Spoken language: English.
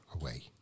away